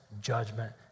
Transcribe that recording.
judgment